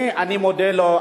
אני מודה לו.